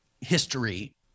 history